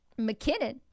McKinnon